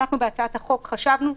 אנחנו בהצעת החוק חשבנו,